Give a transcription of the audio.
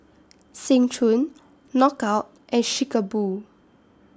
Seng Choon Knockout and Chic A Boo